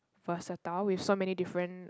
versatile with so many different